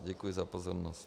Děkuji za pozornost.